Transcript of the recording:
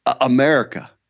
America